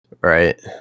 right